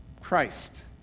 Christ